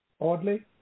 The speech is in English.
Oddly